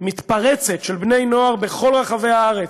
מתפרצת של בני-נוער בכל רחבי הארץ,